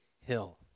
hill